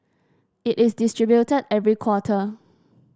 it is distributed every quarter